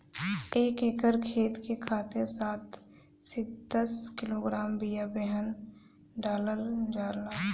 एक एकर खेत के खातिर सात से दस किलोग्राम बिया बेहन डालल जाला?